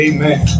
Amen